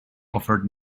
offered